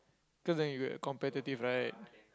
cause then you get competitive right